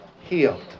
healed